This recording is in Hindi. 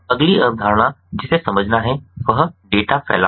अगली अवधारणा जिसे समझना है वह डेटा फैलाव है